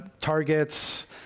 targets